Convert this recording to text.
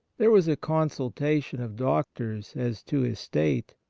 there was a consulta tion of doctors as to his state,